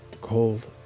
cold